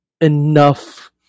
enough